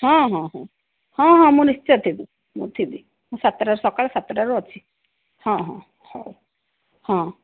ହଁ ହଁ ହଁ ହଁ ହଁ ମୁଁ ନିଶ୍ଚୟ ଥିବି ଥିବି ମୁଁ ସାତଟା ସକାଳ ସାତଟାରୁ ଅଛି ହଁ ହଁ ହଉ ହଁ